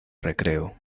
recreo